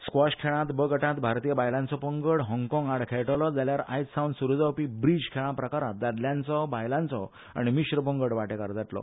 स्व्कॉश खेळात ब गटात भारतीय बायलांचो पंगड हाँगकाँग आड खेळटलो जाल्यार आयज सावन सुरू जावपी ब्रिज खेळा प्रकारात दादल्यांचो बायलांचो आनी मिश्र पंगड वाटेकार जातलो